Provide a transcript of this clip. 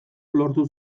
lortu